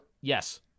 yes